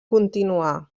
continuà